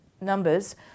numbers